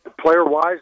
player-wise